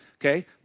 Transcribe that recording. Okay